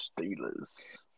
Steelers